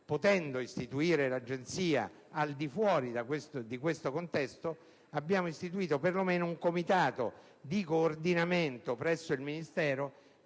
potendo istituirla, al di fuori di questo contesto, abbiamo istituito perlomeno un comitato di coordinamento presso il Ministero